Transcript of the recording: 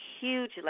huge